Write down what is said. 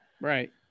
Right